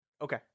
Okay